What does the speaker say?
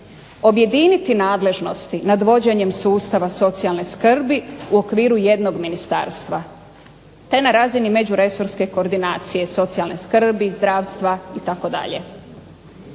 objediniti nadležnosti nad vođenjem sustava socijalne skrbi u okviru jednog ministarstva te na razini međuresorske koordinacije socijalne skrbi, zdravstva itd.